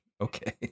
okay